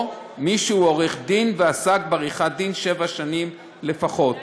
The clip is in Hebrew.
או מי שהוא עורך-דין ועסק בעריכת-דין שבע שנים לפחות.